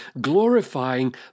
glorifying